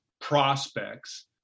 prospects